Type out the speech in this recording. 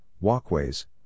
walkways